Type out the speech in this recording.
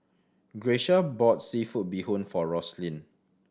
Grecia bought seafood bee hoon for Roslyn